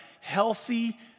healthy